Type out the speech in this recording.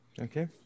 Okay